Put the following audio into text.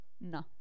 no